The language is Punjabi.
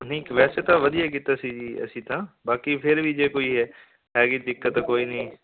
ਨਹੀਂ ਵੈਸੇ ਤਾਂ ਵਧੀਆ ਕੀਤਾ ਸੀ ਜੀ ਅਸੀਂ ਤਾਂ ਬਾਕੀ ਫੇਰ ਵੀ ਜੇ ਕੋਈ ਹੈ ਹੈਗੀ ਦਿੱਕਤ ਕੋਈ ਨਹੀਂ